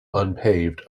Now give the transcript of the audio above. unpaved